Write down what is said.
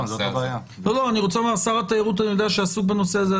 אני יודע ששר התיירות עסוק בנושא הזה.